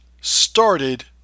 started